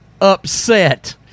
upset